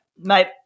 mate